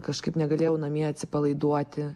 kažkaip negalėjau namie atsipalaiduoti